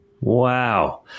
Wow